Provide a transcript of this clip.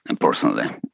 personally